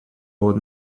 old